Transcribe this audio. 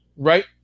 Right